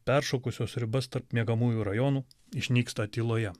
peršokusios ribas tarp miegamųjų rajonų išnyksta tyloje